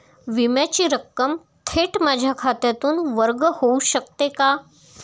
विम्याची रक्कम थेट माझ्या खात्यातून वर्ग होऊ शकते का?